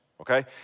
okay